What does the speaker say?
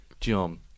John